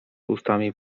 ustami